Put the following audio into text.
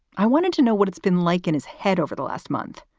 i wanted to know what it's been like in his head over the last month.